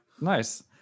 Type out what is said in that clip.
Nice